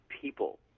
people